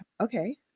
okay